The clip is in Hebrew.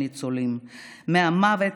הניצולים מהמוות,